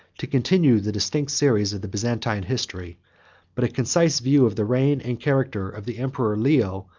to continue the distinct series of the byzantine history but a concise view of the reign and character of the emperor leo,